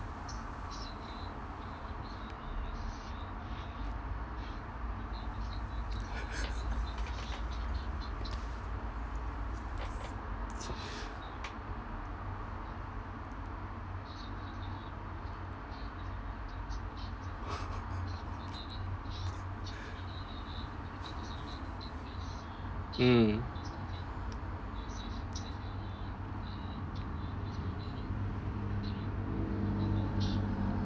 mm